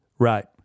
Right